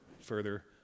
further